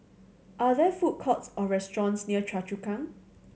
are there food courts or restaurants near Choa Chu Kang